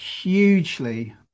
hugely